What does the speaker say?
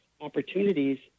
opportunities